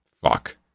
fuck